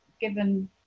given